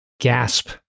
gasp